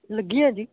ਲੱਗੀਆਂ ਜੀ